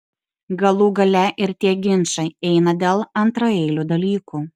galų gale ir tie ginčai eina dėl antraeilių dalykų